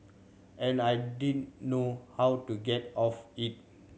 and I didn't know how to get off it